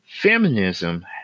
Feminism